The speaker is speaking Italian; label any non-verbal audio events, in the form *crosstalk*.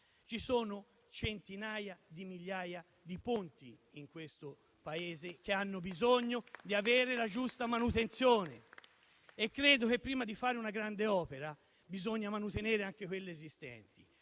ci sono centinaia di migliaia di ponti in questo Paese che hanno bisogno di avere la giusta manutenzione. *applause* Credo che, prima di fare una grande opera, bisogna manutenere quelle esistenti,